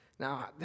Now